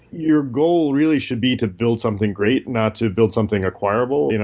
your goal really should be to build something great, not to build something acquirable. you know